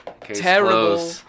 terrible